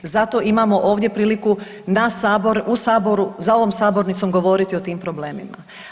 Zato imamo ovdje priliku na sabor, u saboru, za ovom sabornicom govoriti o tim problemima.